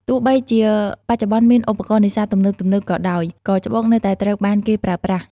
ទោះបីជាបច្ចុប្បន្នមានឧបករណ៍នេសាទទំនើបៗក៏ដោយ ក៏ច្បូកនៅតែត្រូវបានគេប្រើប្រាស់។